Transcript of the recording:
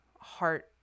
heart